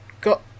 got